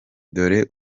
dore